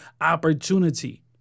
opportunity